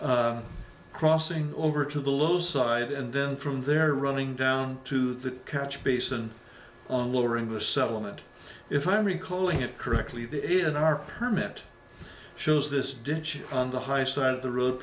culvert crossing over to the low side and then from there running down to the catch basin on lowering the settlement if i'm recalling it correctly the in our permit shows this ditch on the high side of the road